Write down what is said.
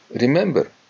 remember